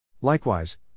Likewise